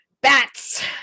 bats